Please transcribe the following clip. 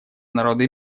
народы